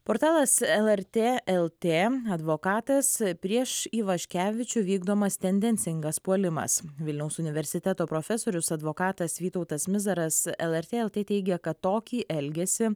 portalas lrt lt advokatas prieš ivaškevičių vykdomas tendencingas puolimas vilniaus universiteto profesorius advokatas vytautas mizaras lrt lt teigė kad tokį elgesį